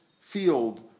field